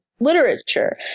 literature